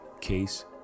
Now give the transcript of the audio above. Case